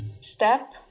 step